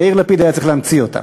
יאיר לפיד היה צריך להמציא אותם.